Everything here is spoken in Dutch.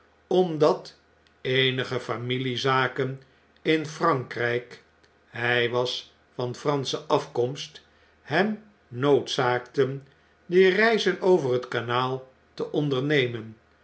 omdat eenige familiezaken in f r a n k r ij k hjj was van fransche afkomst hem noodzaakten die reizen over het kanaal te ondernemen